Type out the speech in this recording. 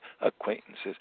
acquaintances